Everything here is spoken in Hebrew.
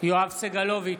יואב סגלוביץ'